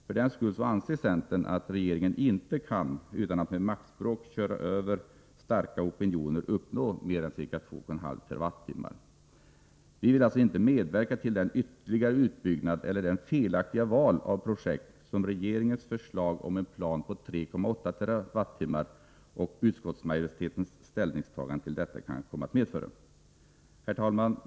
För den skull anser centern att regeringen inte kan, utan att med maktspråk köra över starka opinioner, uppnå mer än ca 2,5 TWh. Vi vill alltså inte medverka till den ytterligare utbyggnad eller det felaktiga val av projekt som regeringens förslag om en plan på 3,8 TWh innebär och som utskottsmajoritetens ställningstagande medför. Herr talman!